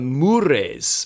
mures